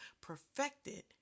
perfected